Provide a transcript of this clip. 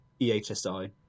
EHSI